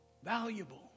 Valuable